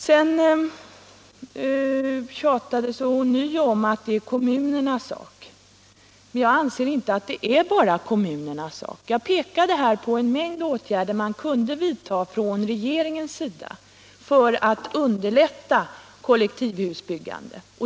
Sedan tjatades det ånyo om att det är kommunernas sak att bygga kollektivhus. Jag anser inte att det är bara kommunernas sak. Jag pekade på en mängd åtgärder som man kunde vidta från regeringens sida för att underlätta kollektivhusbyggande.